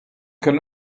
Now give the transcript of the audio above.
can